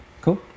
Cool